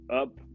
Up